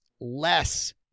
less